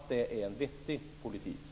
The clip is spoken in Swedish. Det blir konsekvensen.